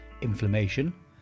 inflammation